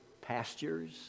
pastures